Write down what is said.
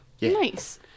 Nice